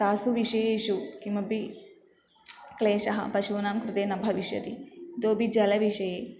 तासु विषयेषु किमपि क्लेशः पशूनां कृते न भविष्यति इतोऽपि जलविषये